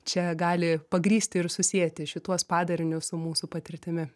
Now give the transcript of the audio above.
čia gali pagrįsti ir susieti šituos padarinius su mūsų patirtimi